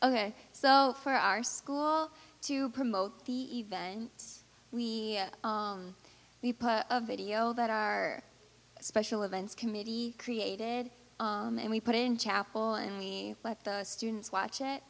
ok so for our school to promote the event we we put a video that our special events committee created and we put in chapel and let the students watch it